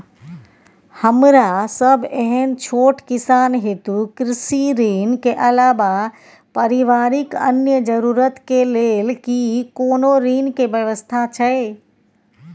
हमरा सब एहन छोट किसान हेतु कृषि ऋण के अलावा पारिवारिक अन्य जरूरत के लेल की कोनो ऋण के व्यवस्था छै?